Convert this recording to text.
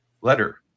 letter